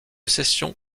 cession